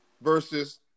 versus